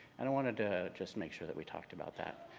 and i wanted to just make sure that we talked about that.